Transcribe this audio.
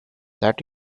that